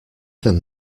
them